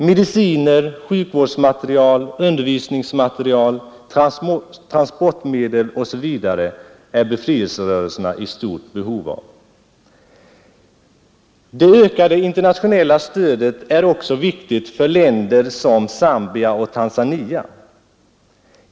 Mediciner, sjukvårdsmateriel, undervisningsmateriel, transportmedel osv. är befrielserörelserna i stort behov av. Det ökade internationella stödet är även viktigt för länder som Zambia och Tanzania.